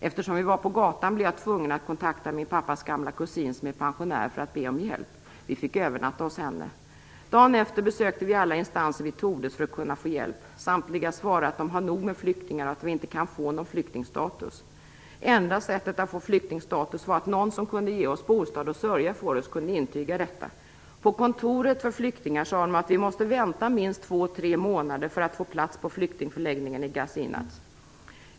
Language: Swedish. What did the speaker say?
Eftersom vi var på gatan blev jag tvungen att kontakta min pappas gamla kusin som är pensionär för att be om hjälp. Vi fick övernatta hos henne. Dagen efter besökte vi alla instanser vi tordes för att kunna få hjälp. Samtliga svarade att de har nog med flyktingar att vi inte kan få någon flyktingstatus. Enda sättet att få flyktingstatus var att någon som kunde ge oss bostad och sörja för oss kunde intyga detta. På kontoret för flyktingar sade de att vi måste vänta minst 2-3 månader för att få plats på flyktingförläggningen i Gasinac.